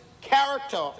character